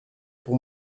pour